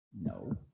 No